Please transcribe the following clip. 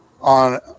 on